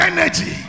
Energy